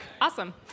awesome